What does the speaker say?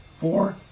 four